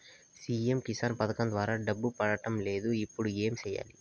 CM Kisan పథకం ద్వారా డబ్బు పడడం లేదు ఇప్పుడు ఏమి సేయాలి